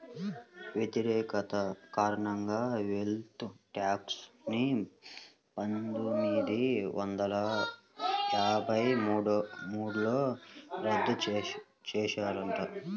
వ్యతిరేకత కారణంగా wealth tax ని పందొమ్మిది వందల యాభై మూడులో రద్దు చేశారట